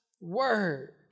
word